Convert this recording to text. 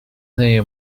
неї